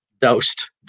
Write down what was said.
doused